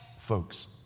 Folks